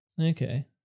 Okay